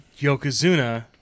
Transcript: Yokozuna